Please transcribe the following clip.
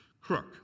Crook